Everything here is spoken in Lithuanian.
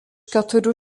keturių